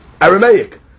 Aramaic